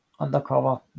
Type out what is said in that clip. undercover